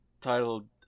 titled